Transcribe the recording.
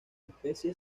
especie